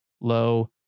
low